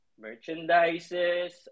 Merchandises